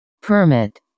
Permit